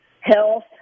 health